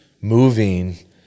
moving